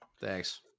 Thanks